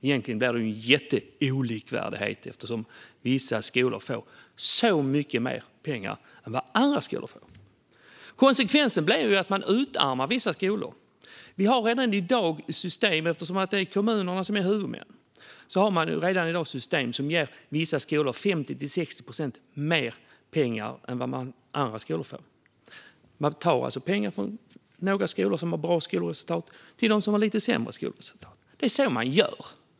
Egentligen blir det jätteolikvärdigt eftersom vissa skolor får så mycket mer pengar än vad andra skolor får. Konsekvensen blir att man utarmar vissa skolor. Eftersom det är kommunerna som är huvudmän har man redan i dag system som ger vissa skolor 50-60 procent mer pengar än vad andra skolor får. Man tar alltså pengar från några skolor som har bra skolresultat och ger till dem som har lite sämre skolresultat. Det är så man gör.